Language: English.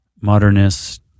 modernist